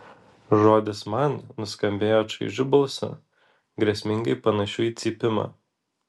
žodis man nuskambėjo čaižiu balsu grėsmingai panašiu į cypimą